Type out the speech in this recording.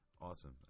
Awesome